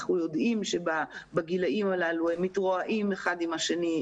אנחנו יודעים שבגילים הללו הם מתרועעים אחד עם השני,